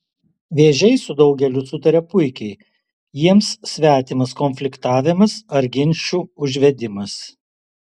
vėžiai su daugeliu sutaria puikiai jiems svetimas konfliktavimas ar ginčų užvedimas